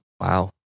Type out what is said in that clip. Wow